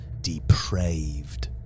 depraved